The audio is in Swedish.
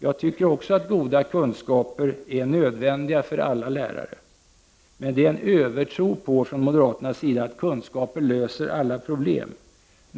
Jag tycker också att goda kunskaper är nödvändiga för alla lärare. Men det finns från moderat sida en övertro på att kunskaper löser alla problem.